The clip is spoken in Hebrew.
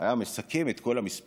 היה מסכם את כל המספרים,